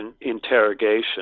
interrogation